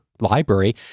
library